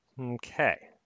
Okay